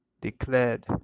declared